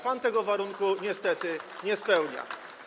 Pan tego warunku niestety nie spełnia.